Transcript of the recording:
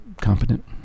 competent